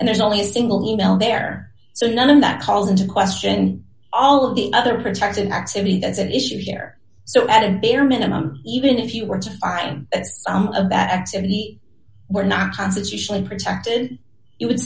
and there's only a single email there so none of that calls into question all of the other protection activity that's at issue here so at a bare minimum even if you were to find a better activity we're not constitutionally protected you would